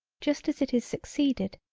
just as it is succeeded,